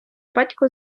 батько